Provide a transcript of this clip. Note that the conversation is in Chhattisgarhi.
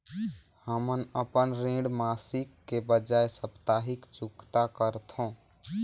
हमन अपन ऋण मासिक के बजाय साप्ताहिक चुकता करथों